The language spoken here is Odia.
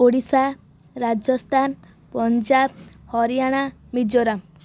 ଓଡ଼ିଶା ରାଜସ୍ଥାନ ପଞ୍ଜାବ ହରିୟାଣା ମିଜୋରାମ